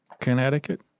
Connecticut